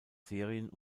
serien